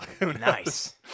Nice